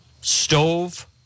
stove